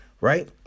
right